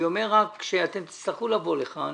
אני רק אומר שאתם תצטרכו לבוא לכאן